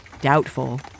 Doubtful